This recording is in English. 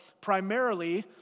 primarily